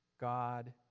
God